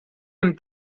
hem